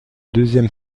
deuxième